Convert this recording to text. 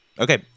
Okay